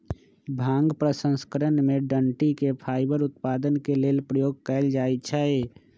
भांग प्रसंस्करण में डनटी के फाइबर उत्पादन के लेल प्रयोग कयल जाइ छइ